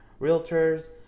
realtors